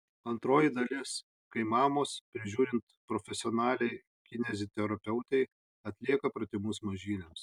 antroji dalis kai mamos prižiūrint profesionaliai kineziterapeutei atlieka pratimus mažyliams